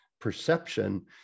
perception